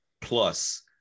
plus